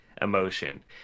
Emotion